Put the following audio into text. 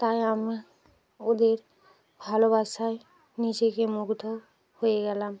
তাই আমি ওদের ভালোবাসায় নিজেকে মুগ্ধ হয়ে গেলাম